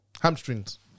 hamstrings